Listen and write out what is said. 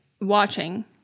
watching